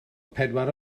pedwar